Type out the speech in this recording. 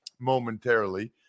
momentarily